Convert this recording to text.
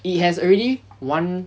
it has already one